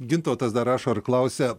gintautas dar rašo ir klausia